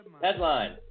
headline